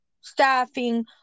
staffing